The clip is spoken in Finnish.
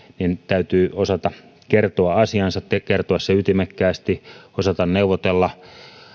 niin täytyy osata kertoa asiansa kertoa se ytimekkäästi osata neuvotella